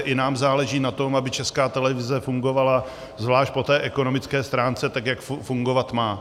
I nám záleží na tom, aby Česká televize fungovala zvlášť po té ekonomické stránce tak, jak fungovat má.